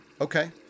Okay